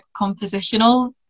compositional